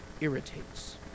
irritates